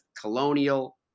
Colonial